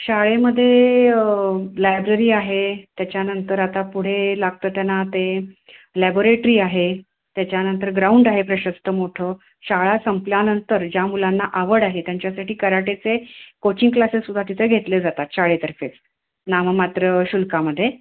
शाळेमध्ये लायब्ररी आहे त्याच्यानंतर आता पुढे लागतं त्यांना ते लॅबॉरेट्री आहे त्याच्यानंतर ग्राउंड आहे प्रशस्त मोठं शाळा संपल्यानंतर ज्या मुलांना आवड आहे त्यांच्यासाठी कराटेचे कोचिंग क्लासेस सुद्धा तिथे घेतले जातात शाळेतर्फे नाममात्र शुल्कामध्ये